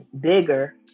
bigger